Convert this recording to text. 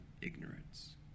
ignorance